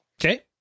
Okay